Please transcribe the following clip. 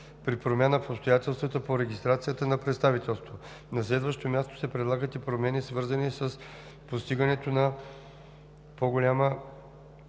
при промяна в обстоятелствата по регистрацията на представителството. На следващо място, се предлагат и променени, свързани с постигането на по-голяма